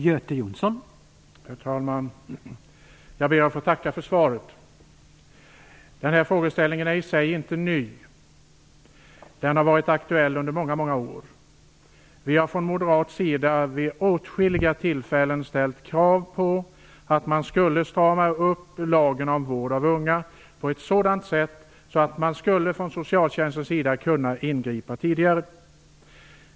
Herr talman! Jag ber att få tacka för svaret. Frågeställningen i sig är inte ny. Den har varit aktuell under många år. Vi har från moderat sida vid åtskilliga tillfällen ställt krav på en åtstramning av lagen om vård av unga på ett sådant sätt att socialtjänsten skulle kunna ingripa tidigare.